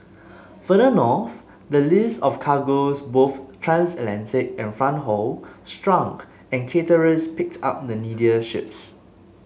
further north the list of cargoes both transatlantic and front haul shrunk and charterers picked up the needier ships